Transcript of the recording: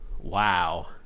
Wow